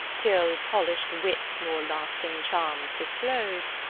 till polish'd wit more lasting charms disclose,